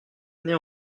année